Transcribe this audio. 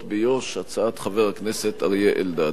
הצעת החוק בקריאה ראשונה.